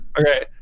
Okay